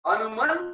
Anuman